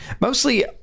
Mostly